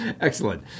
Excellent